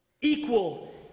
Equal